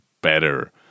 better